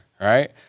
right